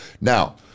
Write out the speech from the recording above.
Now